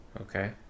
okay